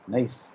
Nice